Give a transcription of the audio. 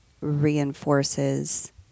Reinforces